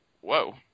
whoa